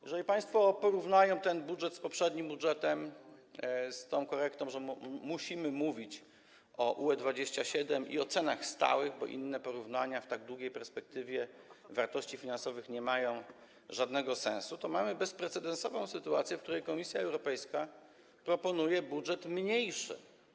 Jeżeli państwo porównają ten budżet z poprzednim budżetem - z tą korektą, że musimy mówić o UE-27 i o cenach stałych, bo inne porównania w tak długiej perspektywie wartości finansowych nie mają żadnego sensu - to mamy bezprecedensową sytuację, w której Komisja Europejska proponuje budżet mniejszy.